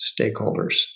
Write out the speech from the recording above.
stakeholders